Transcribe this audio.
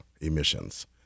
emissions